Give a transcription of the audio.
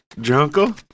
jungle